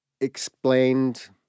explained